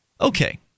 Okay